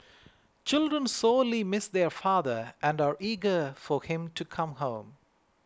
children sorely miss their father and are eager for him to come home